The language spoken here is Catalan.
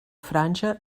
franja